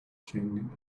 king